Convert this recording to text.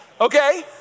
Okay